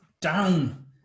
down